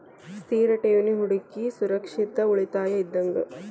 ಸ್ಥಿರ ಠೇವಣಿ ಹೂಡಕಿ ಸುರಕ್ಷಿತ ಉಳಿತಾಯ ಇದ್ದಂಗ